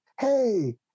Hey